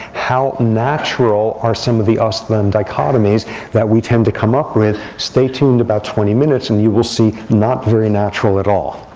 how unnatural are some of the us them dichotomies that we tend to come up with? stay tuned about twenty minutes, and you will see not very natural at all.